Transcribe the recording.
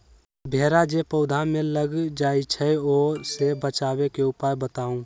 भेरा जे पौधा में लग जाइछई ओ से बचाबे के उपाय बताऊँ?